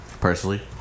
personally